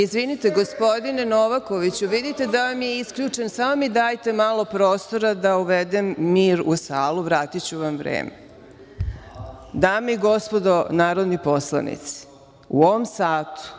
vreme. Gospodine Novakoviću, vidite da vam je isključen mikrofon, samo mi dajte malo prostora da uvedem mir u salu, vratiću vam vreme. Dame i gospodo narodni poslanici, u ovom satu